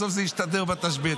בסוף זה יסתדר בתשבץ,